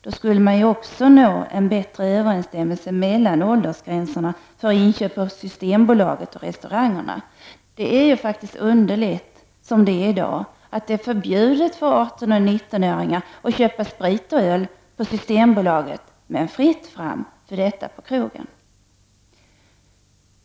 Då skulle man också nå en bättre överensstämmelse mellan åldersgränsen för inköp på systembolaget och restaurangerna. Det är ju underligt som det är i dag, att det är förbjudet för 18 och 19-åringar att köpa sprit och öl på systembolaget men fritt fram för dem på krogen.